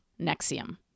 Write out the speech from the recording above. Nexium